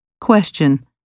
Question